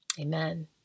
Amen